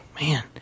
man